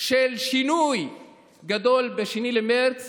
של שינוי גדול ב-2 במרץ.